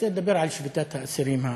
רוצה לדבר על שביתת האסירים הפלסטינים.